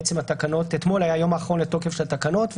בעצם אתמול היה היום האחרון לתוקף של התקנות,